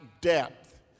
depth